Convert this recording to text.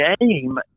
game